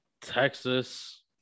Texas